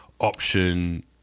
option